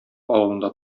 авылында